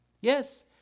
Yes